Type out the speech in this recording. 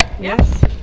Yes